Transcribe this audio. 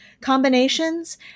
combinations